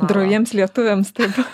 droviems lietuviams taip